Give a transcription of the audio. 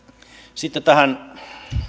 sitten tähän